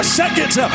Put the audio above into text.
seconds